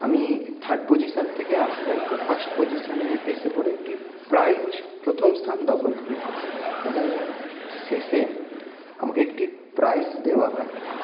আমি third position থেকে আস্তে আস্তে ফার্স্ট পজিশনে এসে পরে একটি প্রাইজ প্রথম স্থান দখল করি এবং শেষে আমাকে একটি প্রাইজ দেওয়া হয়